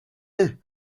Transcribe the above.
and